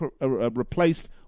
replaced